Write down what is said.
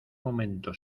momento